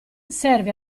serve